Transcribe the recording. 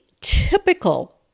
typical